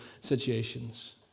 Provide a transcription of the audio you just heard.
situations